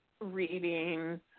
reading